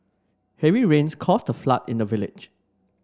heavy rains caused a flood in the village